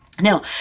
Now